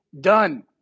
done